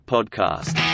Podcast